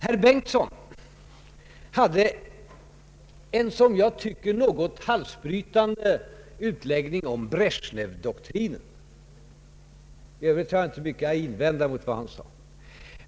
Herr Bengtson hade en som jag tycker något halsbrytande utläggning om Brezjnevdoktrinen — i övrigt har jag inte mycket att invända mot vad han anförde.